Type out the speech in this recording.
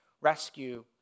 rescue